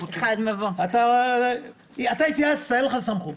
הסמכות --- אתה התייעצת, אין לך סמכות.